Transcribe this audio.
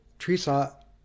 Teresa